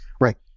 right